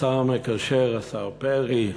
השר המקשר, השר פרי,